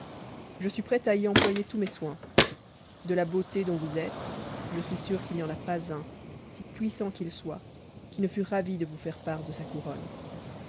je suis prêt à y employer tous soins de la beauté dont vous êtes je suis sûr qu'il n'y en a pas un i puissant qu'il soit qui ne mt ravi de vous faire part de sa couronne